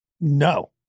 No